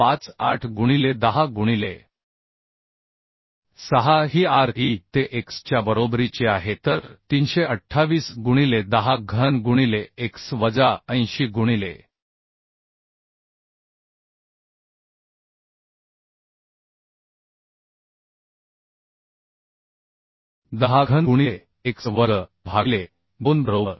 58 गुणिले 10 गुणिले 6 ही R e ते x च्या बरोबरीची आहे तर 328 गुणिले 10 घन गुणिले x वजा 80 गुणिले 10 घन गुणिले x वर्ग भागिले 2 बरोबर